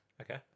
Okay